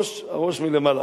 הראש מלמעלה.